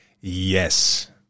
Yes